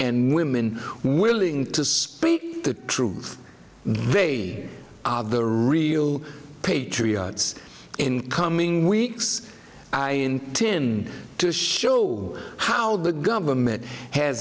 in women willing to speak the truth they are the real patriots in coming weeks i intend to show how the government has